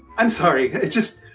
i'm sorry! it's just.